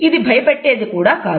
ఇది భయపెట్టేది కూడా కాదు